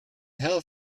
herr